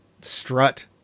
strut